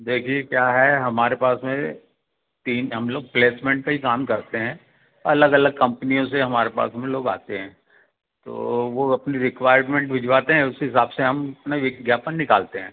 देखिए क्या है हमारे पास में तीन हम लोग प्लेसमेंट पे ही काम करते हैं अलग अलग कंपनियों से हमारे पास में लोग आते हैं तो वो अपनी रिक्वायरमेंट भिजवाते हैं उसी हिसाब से हम अपना विज्ञापन निकालते हैं